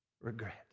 regret